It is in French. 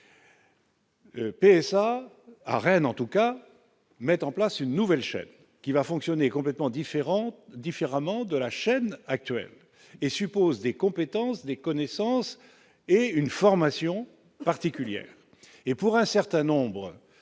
PSA à Rennes, en tout cas, met en place une nouvelle chaîne qui va fonctionner complètement différent différemment de la chaîne actuelle et suppose des compétences des connaissances et une formation particulière et pour un certain nombre